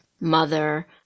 mother